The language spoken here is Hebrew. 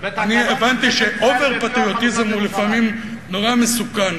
אני הבנתי שאובר-פטריוטיזם הוא לפעמים נורא מסוכן,